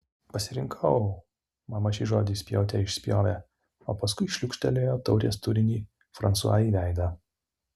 pasirinkau mama šį žodį spjaute išspjovė o paskui šliūkštelėjo taurės turinį fransua į veidą